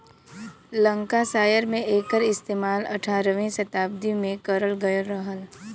Lancashire में एकर इस्तेमाल अठारहवीं सताब्दी में करल गयल रहल